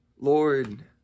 Lord